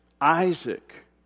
Isaac